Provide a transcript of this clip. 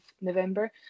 November